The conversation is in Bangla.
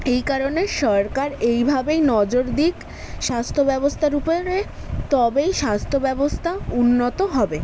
এই কারণে সরকার এইভাবেই নজর দিক স্বাস্থ্য ব্যবস্থার উপরে তবেই স্বাস্থ্য ব্যবস্থা উন্নত হবে